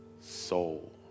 soul